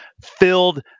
filled